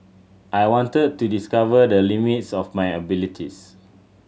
I wanted to discover the limits of my abilities